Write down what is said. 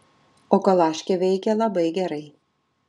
o kalaškė veikia labai gerai